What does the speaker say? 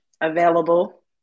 Available